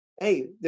hey